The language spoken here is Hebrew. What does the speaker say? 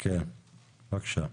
בבקשה.